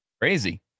Crazy